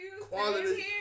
Quality